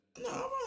No